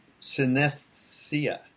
synesthesia